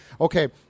okay